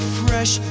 fresh